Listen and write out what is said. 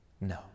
no